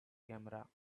camera